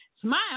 Smile